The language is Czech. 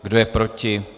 Kdo je proti?